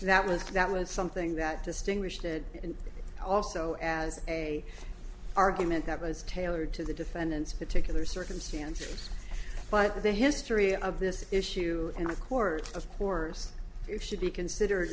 that was that was something that distinguished it also as a argument that was tailored to the defendant's particular circumstances but the history of this issue and of course of course it should be considered